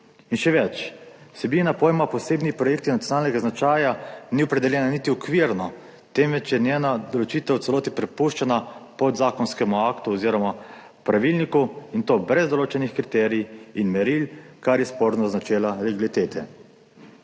In še več, vsebina pojma posebni projekti nacionalnega značaja ni opredeljena niti okvirno, temveč je njena določitev v celoti prepuščena podzakonskemu aktu oziroma pravilniku, in to brez določenih kriterijev in meril, kar je sporno z načela legilitete.